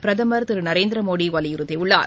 பிரதமர் திரு நரேந்திர மோடி வலியுறுத்தியுள்ளார்